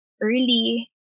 early